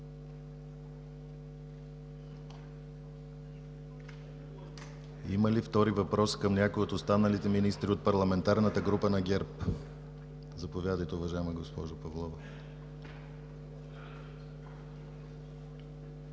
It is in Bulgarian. Има ли втори въпрос към някой от останалите министри от Парламентарната група на ГЕРБ? Заповядайте, уважаема госпожо Павлова.